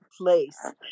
place